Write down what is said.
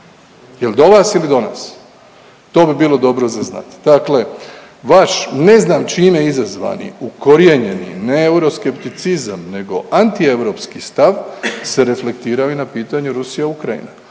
Jel' do vas ili do nas? To bi bilo dobro za znati. Dakle, vaš ne znam čime izazvani ukorijenjeni ne euroskepticizam, nego antieuropski stav se reflektirao i na pitanju Rusija-Ukrajina.